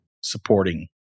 supporting